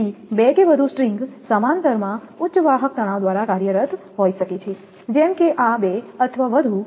તેથી બે કે વધુ સ્ટ્રિંગ સમાંતરમાં ઉચ્ચ વાહક તણાવ દ્વારા કાર્યરત હોઈ શકે છે જેમ કે આ બે અથવા વધુ